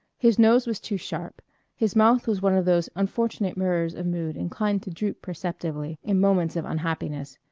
his nose was too sharp his mouth was one of those unfortunate mirrors of mood inclined to droop perceptibly in moments of unhappiness,